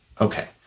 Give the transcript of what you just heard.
Okay